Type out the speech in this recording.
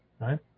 right